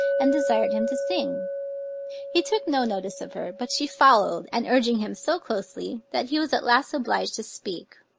and desired him to sing he took no notice of her, but she followed and urging him so closely, that he was at last obliged to speak.